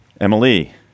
Emily